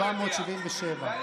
נאור שירי בגימטרייה זה 777,